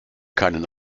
keinen